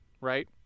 right